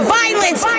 violence